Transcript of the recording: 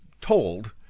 told